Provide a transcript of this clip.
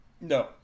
No